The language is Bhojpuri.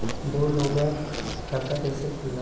दो लोगक खाता कइसे खुल्ला?